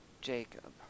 Jacob